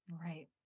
Right